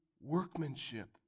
workmanship